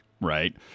Right